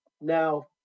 Now